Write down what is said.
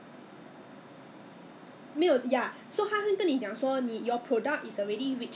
在那个应该是在 Raffles 一带可是我忘了 exactly 在哪里 ya